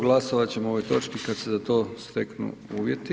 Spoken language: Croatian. Glasovat ćemo o ovoj točki kada se za to steknu uvjeti.